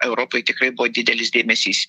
europai tikrai buvo didelis dėmesys